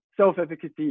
self-efficacy